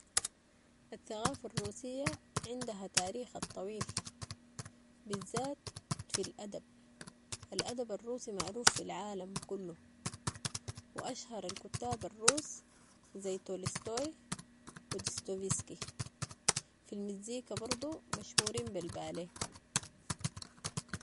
الثقافة الروسية عندها تاريخها الطويل، بالذات في الادب. ال ادب الروسي معروف في العالم كلو و اشهر الكتاب الروس، زي تولستوي و دوستويفسكي، في المزيكا برضو مشهورين بي البالي.